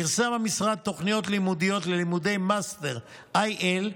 פרסם המשרד תוכנית לימודית ללימודי מאסטר IL,